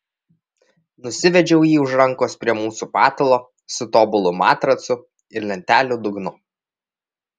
nusivedžiau jį už rankos prie mūsų patalo su tobulu matracu ir lentelių dugnu